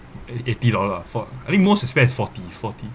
eight~ eighty dollars for~ I think most is spend is forty forty